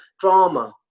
drama